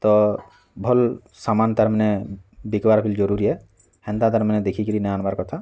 ତ ଭଲ୍ ସାମାନ୍ ତାର୍ ମାନେ ବିକିବାର୍ ବି ଜରୁରୀ ଏ ହେନ୍ତା ତାର୍ ମାନେ ଦେଖିକିରି ନା ଆନବାର୍ କଥା